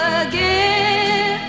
again